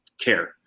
care